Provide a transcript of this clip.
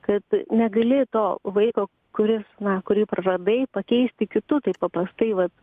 kad negali to vaiko kuris na kurį praradai pakeisti kitu taip paprastai vat